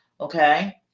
okay